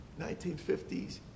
1950s